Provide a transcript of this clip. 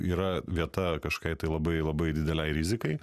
yra vieta kažkokiai tai labai labai didelei rizikai